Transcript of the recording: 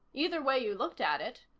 either way you looked at it.